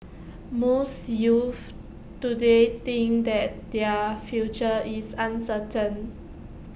most youths today think that their future is uncertain